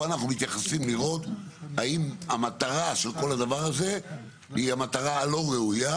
פה אנחנו מתייחסים לראות האם המטרה של כל הדבר הזה היא המטרה הלא ראויה,